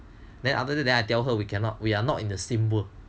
then after that I tell her we cannot we are not in the world